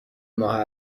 ماه